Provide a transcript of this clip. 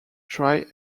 try